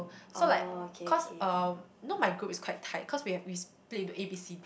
so like cause uh you know my group is quite tight cause we have we split into A B C